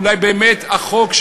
אולי באמת החוק,